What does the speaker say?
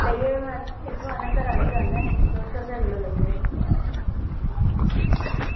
लेई जायो मैडम जी थोआड़े नै घरे आह्ली गल्ल ऐ दो सौ रपे किल्लो लेई जायो